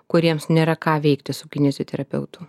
kuriems nėra ką veikti su kineziterapeutu